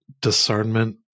discernment